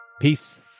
Peace